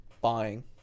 buying